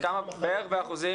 בערך באחוזים